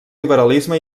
liberalisme